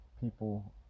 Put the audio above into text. people